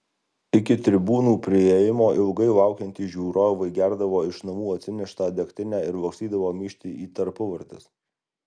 iki tribūnų priėjimo ilgai laukiantys žiūrovai gerdavo iš namų atsineštą degtinę ir lakstydavo myžti į tarpuvartes